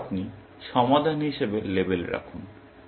তারপর আপনি সমাধান হিসাবে লেবেল রাখুন